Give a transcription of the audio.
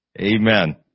Amen